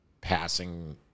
passing